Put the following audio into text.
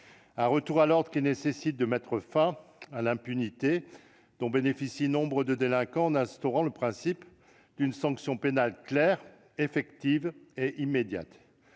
Un retour à l'ordre qui nécessite de mettre fin à l'impunité dont bénéficient nombre de délinquants en instaurant le principe d'une sanction pénale claire, effective et immédiate.